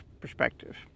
perspective